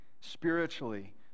spiritually